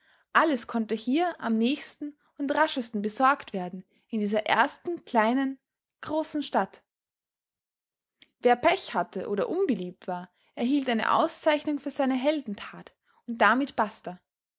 alles konnte hier am nächsten und raschesten besorgt werden in dieser ersten kleinen großen stadt wer pech hatte oder unbeliebt war erhielt eine auszeichnung für seine heldentat und damit basta